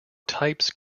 types